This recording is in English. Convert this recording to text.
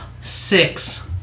six